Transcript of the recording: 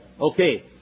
okay